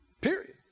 Period